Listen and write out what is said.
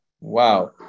Wow